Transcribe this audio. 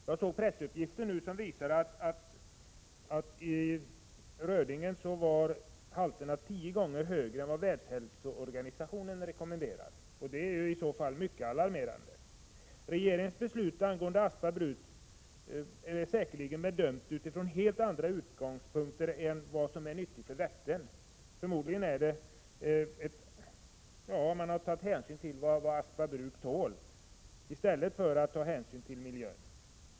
Jag såg pressuppgifter som visar att i rödingen var halterna tio gånger högre än vad Världshälsoorganisationen rekommenderar, och det är mycket alarmerande. Regeringens beslut angående Aspa bruk bygger nog på helt andra utgångspunkter än vad som är 19 nyttigt för Vättern. Man har förmodligen tagit hänsyn till vad Aspa bruk tål i stället för att ta hänsyn till miljön.